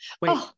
Wait